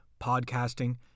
podcasting